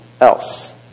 else